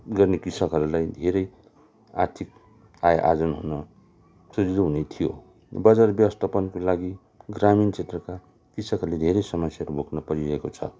गर्ने कृषकहरूलाई धेरै आर्थिक आय आर्जन हुन सजिलो हुने थियो बजार ब्यवस्थापनको लागि ग्रामीण क्षेत्रका कृषकहरूले धेरै समस्या भोग्नु परिरहेको छ